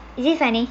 is it funny